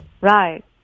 Right